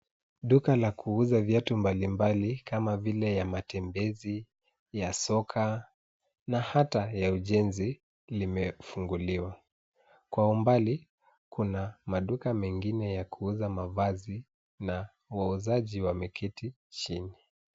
Duka la kuuza viatu mbalimbali kama vile ya matembezi, ya soka na hata ya ujenzi limefunguliwa. Kwa umbali kuna maduka mengine ya kuuza mavazi na wauzaji wameketi chini.